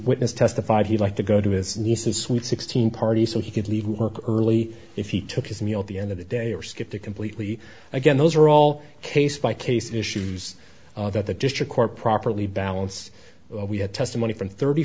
witness testified he liked to go to his niece's sweet sixteen party so he could leave work early if he took his meal at the end of the day or skip it completely again those are all case by case issues that the district court properly balance we had testimony from thirty